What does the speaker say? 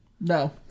No